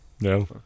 no